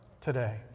today